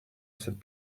cette